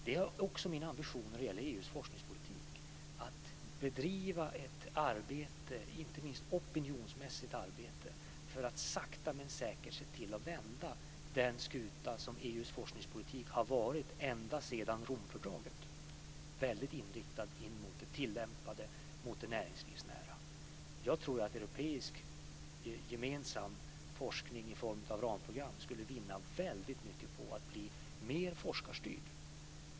Det är också min ambition när det gäller EU:s forskningspolitik att bedriva ett arbete, inte minst ett opinionsmässigt arbete, för att sakta men säkert se till att vända den skuta som EU:s forskningspolitik har varit ända sedan Romfördraget, väldigt inriktad in mot det tillämpade och det näringslivsnära. Jag tror att europeisk gemensam forskning i form av ramprogram skulle vinna väldigt mycket på att bli mer forskarstyrd.